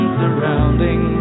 surrounding